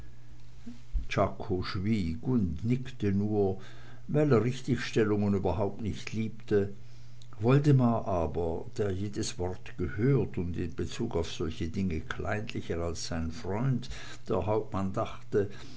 schwieg und nickte nur weil er richtigstellungen überhaupt nicht liebte woldemar aber der jedes wort gehört und in bezug auf solche dinge kleinlicher als sein freund der hauptmann dachte